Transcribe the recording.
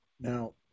Now